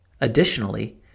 Additionally